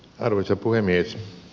arvoisa puhemies